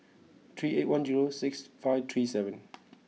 three eight one zero six five three seven